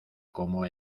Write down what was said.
como